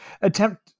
attempt